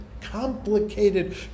complicated